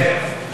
כן.